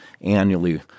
annually